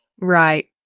Right